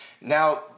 Now